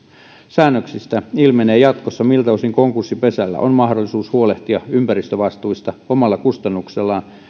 säännöksistä ilmenee jatkossa miltä osin konkurssipesällä on mahdollisuus huolehtia ympäristövastuista omalla kustannuksellaan